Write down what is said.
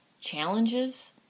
challenges